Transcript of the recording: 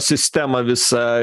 sistema visa